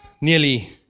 nearly